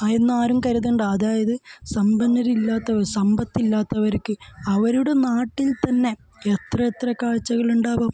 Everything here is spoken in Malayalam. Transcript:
ആയെന്നു ആരും കരുതണ്ട അതായത് സമ്പന്നരില്ലാത്തവർ സമ്പത്തില്ലാത്തവർക്ക് അവരുടെ നാട്ടിൽ തന്നെ എത്ര എത്ര കാഴ്ചകളിണ്ടാകാം